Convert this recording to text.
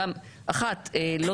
דבר ראשון,